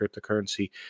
cryptocurrency